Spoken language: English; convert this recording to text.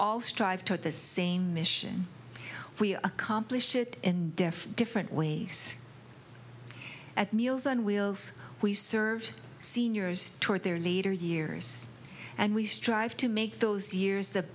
all strive toward the same mission we accomplish it in different different ways at meals on wheels we served seniors toward their later years and we strive to make those years the